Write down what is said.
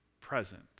present